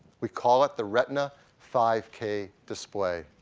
we call it the retina five k display.